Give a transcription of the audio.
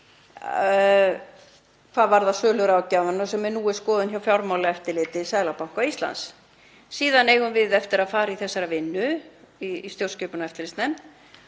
hvað varðar söluráðgjafana eru nú í skoðun hjá Fjármálaeftirliti Seðlabanka Íslands. Síðan eigum við eftir að fara í þessa vinnu í stjórnskipunar- og eftirlitsnefnd